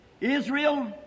Israel